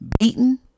beaten